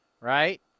Right